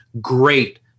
great